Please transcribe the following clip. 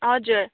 हजुर